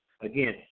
Again